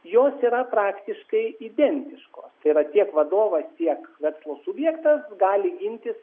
jos yra praktiškai identiškos tai yra tiek vadovas tiek verslo subjektas gali gintis